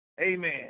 amen